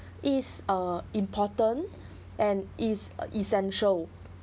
is uh important and is essential